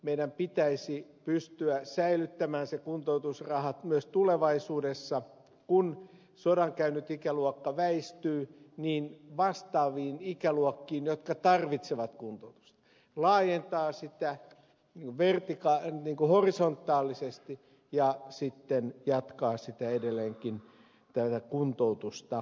meidän pitäisi pystyä säilyttämään se kuntoutusraha myös tulevaisuudessa kun sodan käynyt ikäluokka väistyy vastaaville ikäluokille jotka tarvitsevat kuntoutusta laajentaa sitä niin kuin horisontaalisesti ja sitten jatkaa edelleenkin sitä kuntoutusta